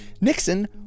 Nixon